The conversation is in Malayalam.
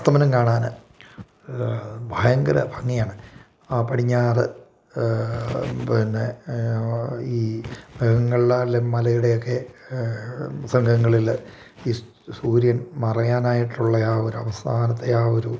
അസ്തമനം കാണാൻ ഭയങ്കര ഭംഗിയാണ് ആ പടിഞ്ഞാറ് പിന്നെ ഈ മൃഗങ്ങളിൽ എല്ലെ മലയുടെ ഒക്കെ സംഘങ്ങളിൽ ഈ സൂര്യൻ മറയാനായിട്ടുള്ള ആ ഒരു അവസാനത്തെ ആ ഒരു